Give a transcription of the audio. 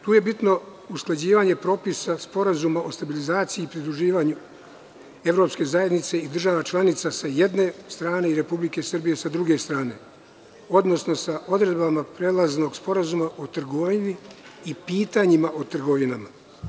Tu je bitno usklađivanje propisa Sporazuma o stabilizaciji i pridruživanju EZ i država članica, s jedne strane, i Republike Srbije, s druge strane, odnosno sa odredbama Prelaznog sporazuma o trgovini i pitanjima o trgovinama.